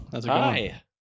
Hi